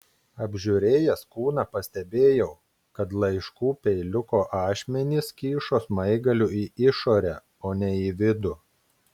apžiūrėjęs kūną pastebėjau kad laiškų peiliuko ašmenys kyšo smaigaliu į išorę o ne į vidų